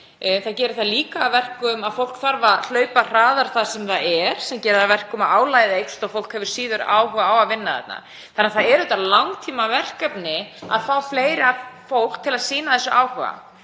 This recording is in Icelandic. Það gerir það líka að verkum að fólk þarf að hlaupa hraðar þar sem það er, sem gerir það að verkum að álagið eykst og fólk hefur síður áhuga á að vinna þarna. Það er langtímaverkefni að fá fleira fólk til að sýna þessu áhuga.